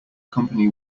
company